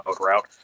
route